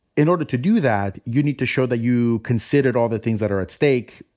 in order to do that, you need to show that you considered all the things that are at stake.